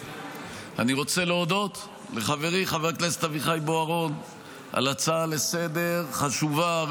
אני רוצה להודות לחברי חבר הכנסת אביחי בוארון על הצעה לסדר-היום חשובה,